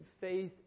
faith